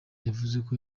yavuzeko